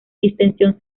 distensión